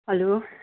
hello